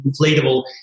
inflatable